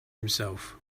himself